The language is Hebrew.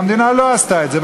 והמדינה לא עשתה את זה,